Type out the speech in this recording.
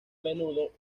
menudo